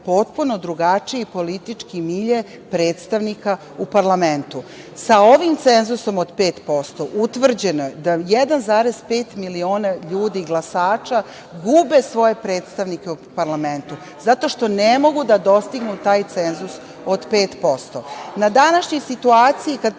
potpuno drugačiji politički milje predstavnika u parlamentu. Sa ovim cenzusom od 5% utvrđeno je da 1,5 miliona ljudi, glasača, gube svoje predstavnike u parlamentu, zato što ne mogu da dostignu taj cenzus od 5%.Na današnjoj situaciji kad